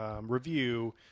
review